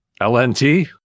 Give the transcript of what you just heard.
LNT